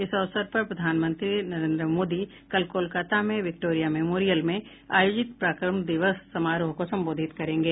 इस अवसर पर प्रधानमंत्री नरेंद्र मोदी कल कोलकाता में विक्टोरिया मेमोरियल में आयोजित पराक्रम दिवस समारोह को संबोधित करेंगे